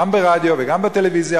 גם ברדיו וגם בטלוויזיה,